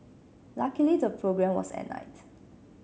luckily the programme was at night